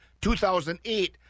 2008